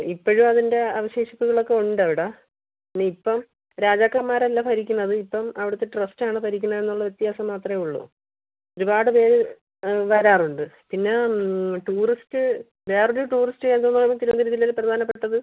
ഇപ്പഴും അതിൻ്റ അവശേഷിപ്പുകളൊക്കെ ഉണ്ട് അവിടെ പിന്നെ ഇപ്പം രാജാക്കൻമാരല്ല ഭരിക്കുന്നത് ഇപ്പം അവടത്തെ ട്രസ്റ്റാണ് ഭരിക്കുന്നത് എന്നുള്ള വ്യത്യാസം മാത്രമേ ഉള്ളു ഒരുപാട് പേര് വരാറുണ്ട് പിന്നെ ടൂറിസ്റ്റ് വേറൊര് ടൂറിസ്റ്റ് കേന്ദ്രമെന്നുള്ളത് തിരുവനന്തപുരം ജില്ലയില് പ്രധാനപ്പെട്ടത്